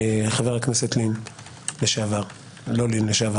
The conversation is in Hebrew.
חבר הכנסת לשעבר לין,